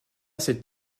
cette